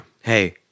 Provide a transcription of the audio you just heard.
hey